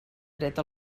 dret